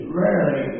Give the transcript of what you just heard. rarely